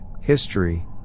history